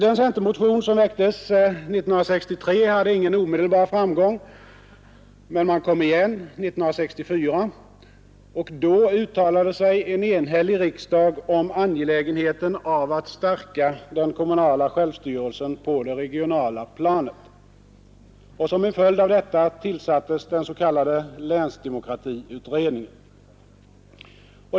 Den centermotion som väcktes 1963 hade ingen omedelbar framgång, men man kom tillbaka i januari 1964, och då uttalade sig en enhällig riksdag för angelägenheten av att stärka den kommunala självstyrelsen på det regionala planet. Som en följd av detta tillsattes den s.k. länsdemokratiutredningen.